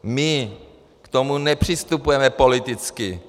My k tomu nepřistupujeme politicky.